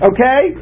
Okay